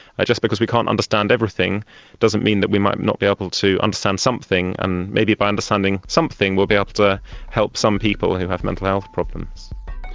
just because we can't understand everything doesn't mean that we might not be able to understand something, and maybe by understanding something we'll be able to help some people who have mental health problems.